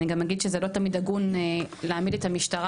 אני גם אגיד שזה לא תמיד הגון להעמיד את המשטרה